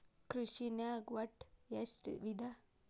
ಕೃಷಿನಾಗ್ ಒಟ್ಟ ಎಷ್ಟ ವಿಧ?